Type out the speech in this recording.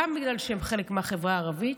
גם בגלל שהן חלק מהחברה הערבית,